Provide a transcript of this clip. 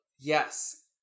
yes